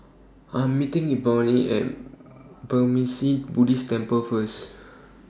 I Am meeting Ebony At Burmese Buddhist Temple First